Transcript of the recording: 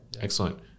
Excellent